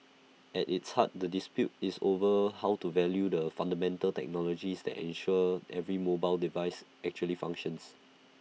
at its heart the dispute is over how to value the fundamental technology that ensure every mobile device actually functions